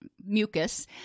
mucus